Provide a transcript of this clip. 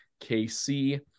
KC